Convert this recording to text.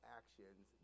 actions